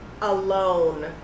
alone